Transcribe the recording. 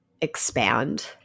expand